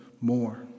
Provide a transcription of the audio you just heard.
more